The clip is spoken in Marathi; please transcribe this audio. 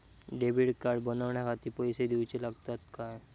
डेबिट कार्ड बनवण्याखाती पैसे दिऊचे लागतात काय?